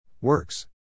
Works